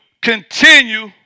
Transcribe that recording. continue